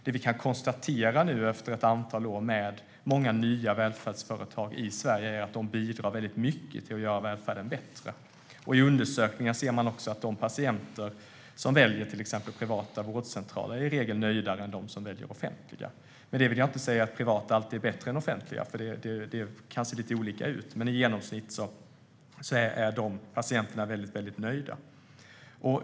Det vi kan konstatera efter ett antal år med många nya välfärdsföretag i Sverige är att de bidrar mycket till att göra välfärden bättre. I undersökningar ser vi till exempel att de patienter som väljer privata vårdcentraler i regel är nöjdare än de som väljer offentliga. Med det vill jag inte säga att privat alltid är bättre än offentligt, för det kan se olika ut. Men i genomsnitt är dessa patienter väldigt nöjda.